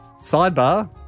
Sidebar